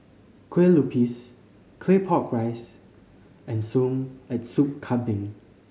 kue lupis Claypot Rice and Sup Kambing